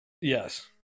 Yes